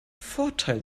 vorteil